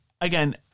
again